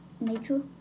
nature